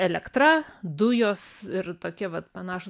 elektra dujos ir tokie vat panašūs